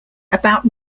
about